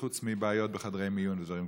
חוץ מבעיות בחדרי מיון ודברים כאלה.